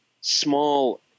small